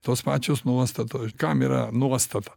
tos pačios nuostatos kam yra nuostata